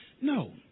No